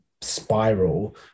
spiral